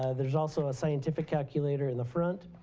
ah there's also a scientific calculator in the front.